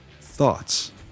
thoughts